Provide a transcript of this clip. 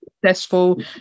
successful